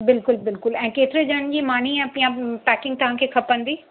बिल्कुलु बिल्कुलु ऐं केतिरे ॼणनि जी मानी यां पैकिंग तव्हांखे खपंदी